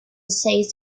says